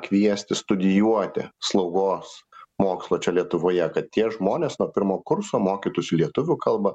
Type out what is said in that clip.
kviesti studijuoti slaugos mokslo čia lietuvoje kad tie žmonės nuo pirmo kurso mokytųsi lietuvių kalbą